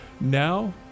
Now